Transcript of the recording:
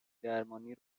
درمانی